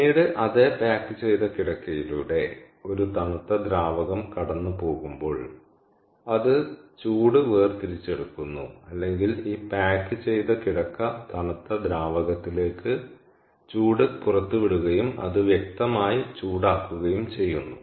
പിന്നീട് അതേ പായ്ക്ക് ചെയ്ത കിടക്കയിലൂടെ ഒരു തണുത്ത ദ്രാവകം കടന്നുപോകുമ്പോൾ അത് ചൂട് വേർതിരിച്ചെടുക്കുന്നു അല്ലെങ്കിൽ ഈ പായ്ക്ക് ചെയ്ത കിടക്ക തണുത്ത ദ്രാവകത്തിലേക്ക് ചൂട് പുറത്തുവിടുകയും അത് വ്യക്തമായി ചൂടാക്കുകയും ചെയ്യുന്നു